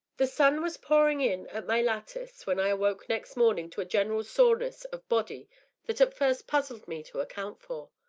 the sun was pouring in at my lattice when i awoke next morning to a general soreness of body that at first puzzled me to account for.